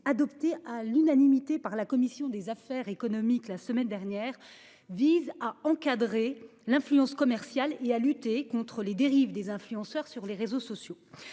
adopté à l'unanimité par la commission des affaires économiques. La semaine dernière vise à encadrer l'influence commerciale et à lutter contre les dérive des influenceurs sur les réseaux sociaux.